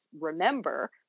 remember